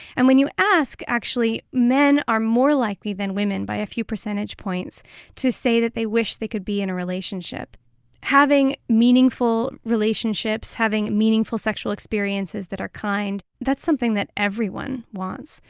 and when you ask, actually, men are more likely than women by a few percentage points to say that they wish they could be in a relationship having meaningful relationships, having meaningful sexual experiences that are kind, that's something that everyone wants,